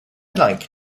like